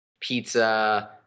pizza